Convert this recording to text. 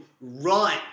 run